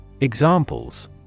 Examples